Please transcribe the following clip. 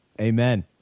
Amen